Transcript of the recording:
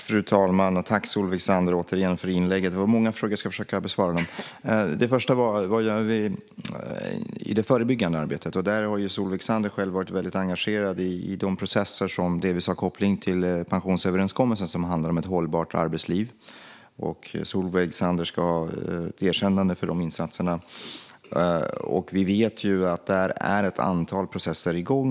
Fru talman! Tack återigen, Solveig Zander, för inlägget! Det var många frågor. Jag ska försöka att besvara dem. Det första var: Vad gör vi i det förebyggande arbetet? Där har Solveig Zander själv varit väldigt engagerad i de processer som delvis har koppling till pensionsöverenskommelsen som handlar om ett hållbart arbetsliv. Solveig Zander ska ha ett erkännande för de insatserna. Vi vet att det är ett antal processer igång.